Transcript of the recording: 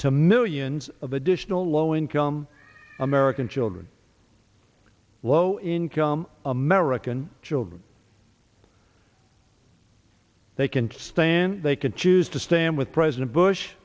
to millions of additional low income american children low income american children they can stand they can choose to stand with president bush